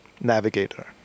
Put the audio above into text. navigator